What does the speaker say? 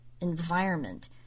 environment